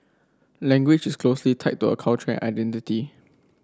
language is closely tied to a culture identity